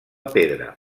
pedra